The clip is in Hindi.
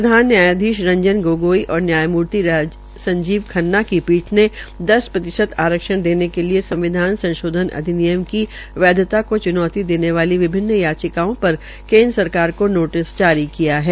प्रधान न्यायधीश रंजन गोगोई और न्यायमूर्ति संजीव खन्ना की पीठ ने दस प्रतिशत आरक्षण देने के लिये संविधान संशोधन अधिनियम वैद्यता को च्नौती देने वाली विभिन्न याचिकाओं पर केन्द्र सरकार को नोटिस जारी किया है